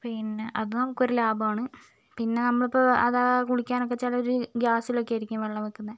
പിന്നെ അത് നമുക്കൊരു ലാഭമാണ് പിന്നെ നമ്മളിപ്പോൾ അതാണ് കുളിക്കാൻ ഒക്കെ ചിലവർ ഗ്യാസിലൊക്കെയായിരിക്കും വെള്ളം വയ്ക്കുന്നത്